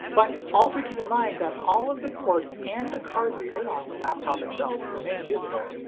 but also keep in mind that all of the ports and the card reader on the laptop itself remain usable.